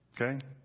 Okay